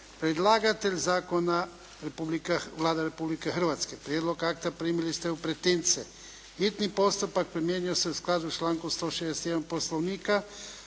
Predlagatelj zakona je Vlada Republike Hrvatske. Prijedlog akta primili ste u pretince. Hitni postupak primjenjuje se u skladu s člankom 161. Poslovnika.